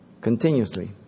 Continuously